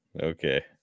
okay